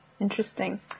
Interesting